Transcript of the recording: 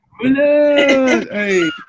Hey